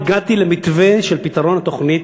הגעתי למתווה של פתרון התוכנית,